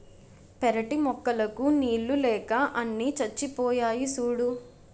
పెరటి మొక్కలకు నీళ్ళు లేక అన్నీ చచ్చిపోయాయి సూడూ